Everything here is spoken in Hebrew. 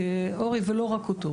אורי ולא רק אותו.